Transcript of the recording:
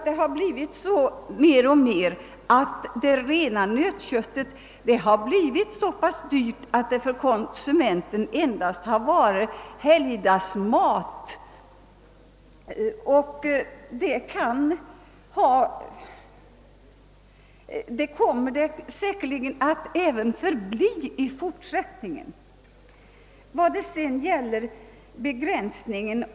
Det rena nötköttet har blivit så pass dyrt att det för konsumenten endast varit helgdagsmat, och så kommer det säkerligen att förbli även i fortsättningen.